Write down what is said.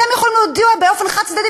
אתם יכולים להודיע באופן חד-צדדי,